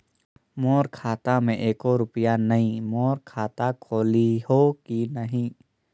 मोर खाता मे एको रुपिया नइ, मोर खाता खोलिहो की नहीं?